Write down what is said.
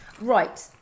Right